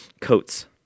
coats